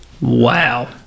Wow